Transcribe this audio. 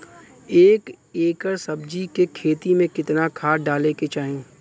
एक एकड़ सब्जी के खेती में कितना खाद डाले के चाही?